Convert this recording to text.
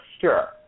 Sure